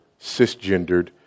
cisgendered